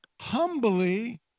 humbly